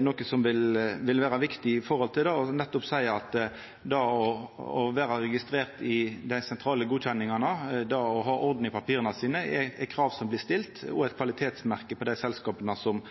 noko som vil vera viktig for nettopp å seia at det å vera registrert, ha dei sentrale godkjenningane og ha orden i papira sine er krav som blir stilte, og at det er eit kvalitetsmerke for dei selskapa som